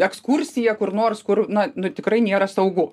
ekskursiją kur nors kur na nu tikrai nėra saugu